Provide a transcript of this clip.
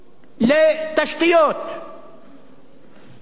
שוחחתי עם חברי,